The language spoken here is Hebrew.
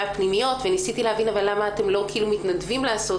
הפנימיות וניסיתי להבין למה אתם לא מתנדבים לעשות